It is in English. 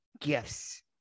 gifts